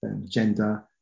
gender